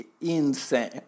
insane